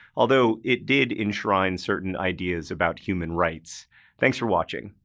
although it did enshrine certain ideas about human rights thanks for watching.